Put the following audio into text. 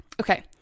Okay